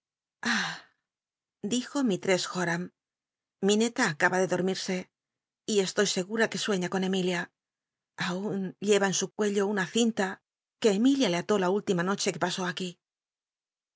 dijo mistress joram mineta acaba de dormirse y estoy segura que sueña con emilia aun lleva en su cuello una cinta que emilia le ató la última noche que pasó aquí